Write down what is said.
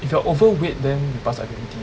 if you are overweight then need to pass I_P_P_T